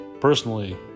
personally